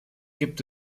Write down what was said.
gibt